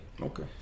Okay